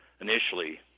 initially